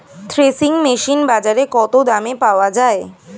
Threshing machine বাজারে কত দামে পাওয়া যায়?